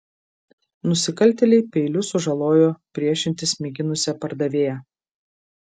nusikaltėliai peiliu sužalojo priešintis mėginusią pardavėją